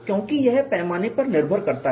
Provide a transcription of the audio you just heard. क्योंकि यह पैमाने पर निर्भर करता है